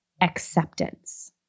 acceptance